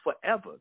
forever